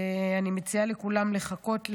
אני מציעה לכולם לחכות להבין,